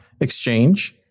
exchange